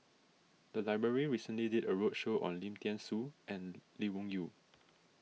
the library recently did a roadshow on Lim thean Soo and Lee Wung Yew